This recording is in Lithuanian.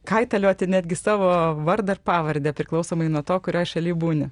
kaitalioti netgi savo vardą ir pavardę priklausomai nuo to kurioj šaly būni